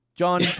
John